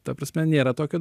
ta prasme nėra tokio